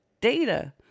data